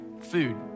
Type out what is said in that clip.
food